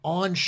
on